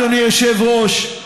אדוני היושב-ראש,